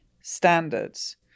standards